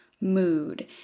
mood